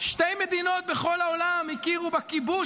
שתי מדינות בכל העולם הכירו בכיבוש